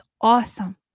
awesome